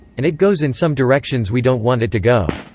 and it goes in some directions we don't want it to go.